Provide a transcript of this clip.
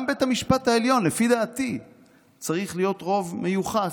גם בבית המשפט העליון לפי דעתי צריך להיות רוב מיוחס,